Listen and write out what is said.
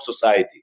society